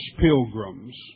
pilgrims